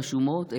רשומות,